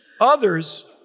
others